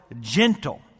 gentle